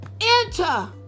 Enter